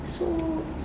so